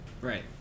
Right